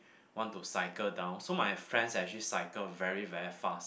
want to cycle down so my friends actually cycle very very far